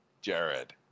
Jared